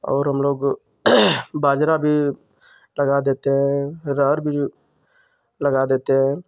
और हम लोग बाजरा भी लगा देते हैं अरहर भी लगा देते हैं